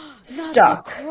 Stuck